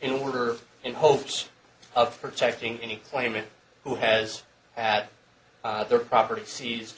in order in hopes of protecting any claimant who has had their property se